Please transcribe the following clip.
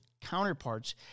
counterparts